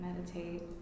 meditate